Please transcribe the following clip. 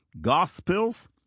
Gospels